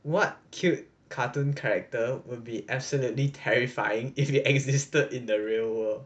what cute cartoon character will be absolutely terrifying if it existed in the real world